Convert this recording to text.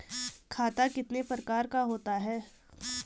खाता कितने प्रकार का होता है?